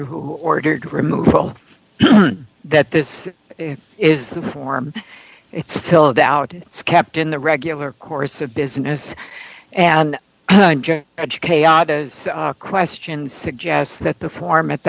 who ordered removal that this is the form it's filled out it's kept in the regular course of business and educate questions suggests that the form at